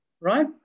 right